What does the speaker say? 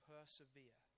Persevere